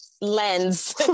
lens